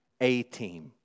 A-team